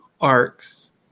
arcs